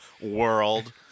world